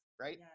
right